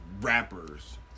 rappers